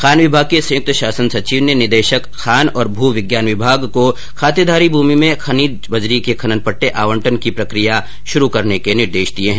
खान विभाग के संयुक्त शासन सचिव ने निदेशक खान और भू विज्ञान विभाग को खातेदारी भूमि में खनिज बजरी के खनन पट्टे आवंटन की प्रकिया शुरू करने के निर्देश दिये हैं